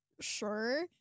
sure